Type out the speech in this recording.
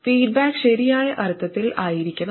feedback ശരിയായ അർത്ഥത്തിൽ ആയിരിക്കണം